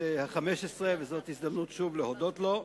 החמש-עשרה וזאת הזדמנות שוב להודות לו,